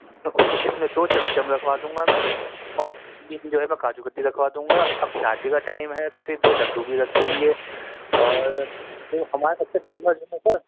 اس میں دو چمچم رکھوا دوں گا میں اور تین جو ہے میں کاجو کتلی رکھوا دوں گا اب شادی کا ٹائم ہے تو پھر دو لڈو بھی رکھ دیں گے اور وہ ہمارا سب سے فیمس جو ہے نا سر